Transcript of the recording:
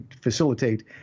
facilitate